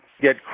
get